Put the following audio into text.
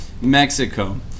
Mexico